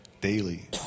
daily